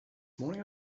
morning